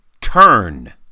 turn